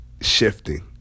shifting